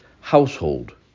household